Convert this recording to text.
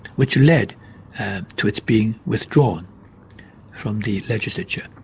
which led to its being withdrawn from the legislature.